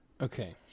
Okay